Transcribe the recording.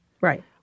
Right